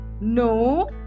No